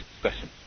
question